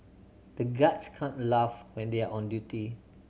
the guards can't laugh when they are on duty